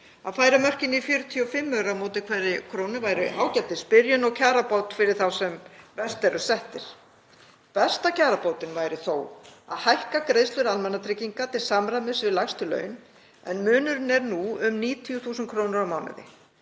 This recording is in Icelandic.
Að færa mörkin í 45 aura á móti hverri krónu væri ágætisbyrjun og kjarabót fyrir þá sem verst eru settir. Besta kjarabótin væri þó að hækka greiðslur almannatrygginga til samræmis við lægstu laun, en munurinn er nú um 90.000 kr. á mánuði.